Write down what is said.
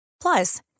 Plus